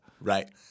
Right